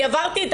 זה